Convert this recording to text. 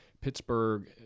Pittsburgh